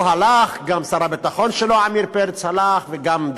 הוא הלך, גם שר הביטחון שלו, עמיר פרץ, הלך,